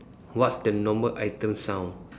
what's the normal item sound